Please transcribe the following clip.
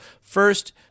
First